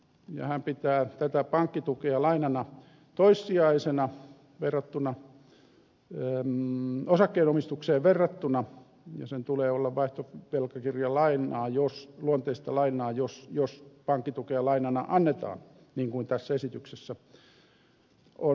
ja hän pitää tätä pankkitukea lainana toissijaisena osakkeenomistukseen verrattuna ja sen tulee olla vaihtovelkakirjaluonteista lainaa jos pankkitukea lainana annetaan niin kuin tässä esityksessä on sanottu